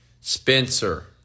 Spencer